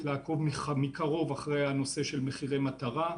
לעקוב מקרוב אחרי נושא מחירי מטרה.